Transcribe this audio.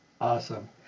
Awesome